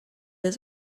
lose